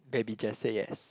baby just say yes